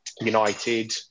United